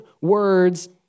words